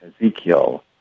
Ezekiel